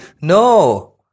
no